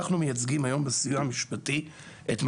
בסיוע המשפטי, היום,